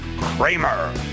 Kramer